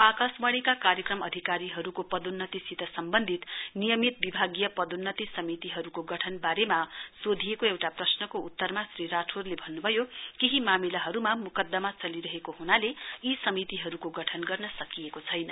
आकाशवाणीका कार्यक्रम अधिकारीहरूको पदोन्नतिसित सम्वन्धित नियमित विभागीय पदोन्नति समितिहरूको गठन बारेमा सोधिएको एउटा प्रश्नको उत्तरमा श्री राठोरले भन्न् भयो मानिलाहरूमा म्कदमा चलिरहेको ह्नाले यी समितिहरूको गठन गर्न सकिएको छैन